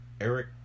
Eric